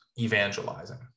evangelizing